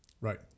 Right